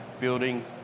building